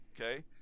okay